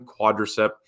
quadricep